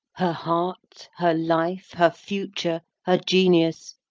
her heart, her life, her future, her genius,